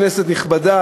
כנסת נכבדה,